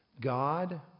God